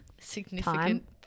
significant